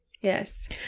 Yes